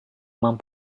masih